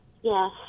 Yes